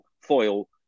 foil